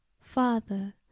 Father